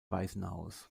waisenhaus